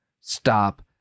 Stop